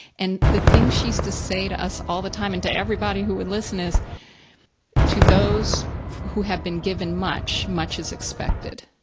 and the thing she used to say to us all the time, and to everybody who would listen is to those who have been given much, much as expected,